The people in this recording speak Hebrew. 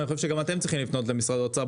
ואני חושב שגם אתם צריכים לפנות למשרד האוצר.